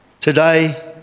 Today